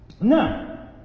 Now